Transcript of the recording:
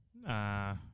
Nah